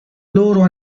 loro